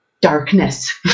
darkness